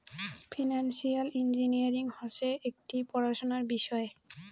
financial engineering হসে একটি পড়াশোনার বিষয়